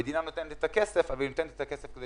המדינה נותנת את הכסף, אבל היא נותנת את הכסף כדי